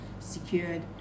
Secured